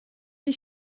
die